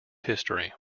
history